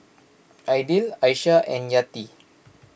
Aidil Aisyah and Yati